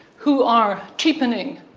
who are cheapening,